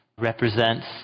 represents